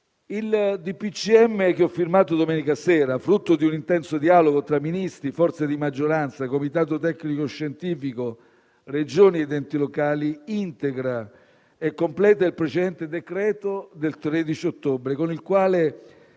ministri che ho firmato domenica sera, frutto di un intenso dialogo tra Ministri, forze di maggioranza, comitato tecnico-scientifico, Regioni ed enti locali, integra e completa il precedente decreto del 13 ottobre, con il quale